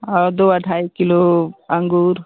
और दो ढाई किलो अँगूर